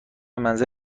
منزل